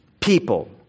people